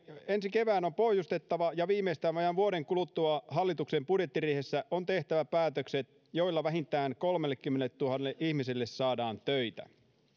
ensi keväänä on pohjustettava ja viimeistään vajaan vuoden kuluttua hallituksen budjettiriihessä on tehtävä päätökset joilla vähintään kolmellekymmenelletuhannelle ihmiselle saadaan töitä